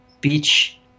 beach